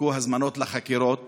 וחולקו הזמנות לחקירות